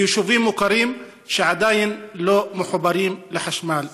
ביישובים מוכרים, שעדיין לא מחוברים לחשמל.